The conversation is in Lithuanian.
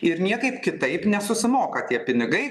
ir niekaip kitaip nesusimoka tie pinigai